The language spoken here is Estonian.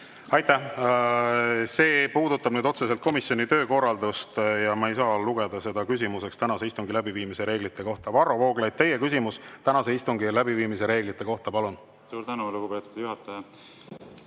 Aitäh! See puudutab otseselt komisjoni töökorraldust ja ma ei saa lugeda seda küsimuseks tänase istungi läbiviimise reeglite kohta. Varro Vooglaid, teie küsimus tänase istungi läbiviimise reeglite kohta, palun! Aitäh! See puudutab